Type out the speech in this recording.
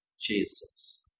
Jesus